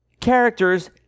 characters